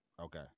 okay